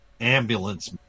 ambulance